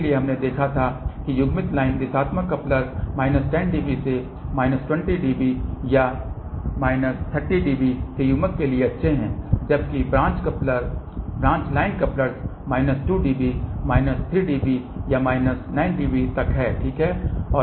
इसलिए हमने देखा था कि युग्मित लाइन दिशात्मक कप्लर्स माइनस 10 dB से माइनस 20 या माइनस 30 dB के युग्मन के लिए अच्छे हैं जबकि branch line couplers minus 2 dB या माइनस 3 dB या माइनस 9 dB तक है ठीक है